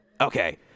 Okay